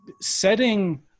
setting